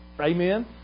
Amen